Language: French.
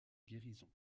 guérison